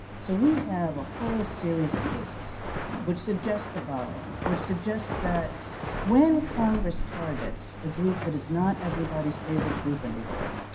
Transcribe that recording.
so we have a whole series of cases which suggest the following which suggest that when congress targets a group that is not everybody's favorite group in the world,